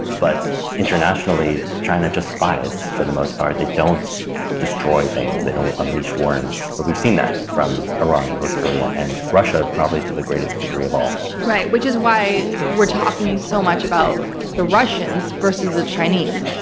but internationally trying to just spy is, for the most part. they don't destroy things. they don't unleash worms, but we've seen that from iran, north korea, and russia, probably to the greatest degree of all. right, which is why we're talking so much about the russians versus the chinese.